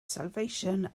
salvation